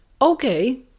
okay